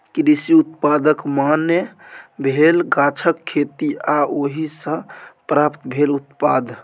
कृषि उत्पादक माने भेल गाछक खेती आ ओहि सँ प्राप्त भेल उत्पाद